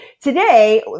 today